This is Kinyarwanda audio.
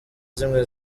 zimwe